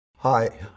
Hi